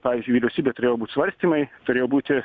pavyzdžiui vyriausybėj turėjo būti svarstymai turėjo būti